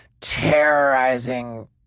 terrorizing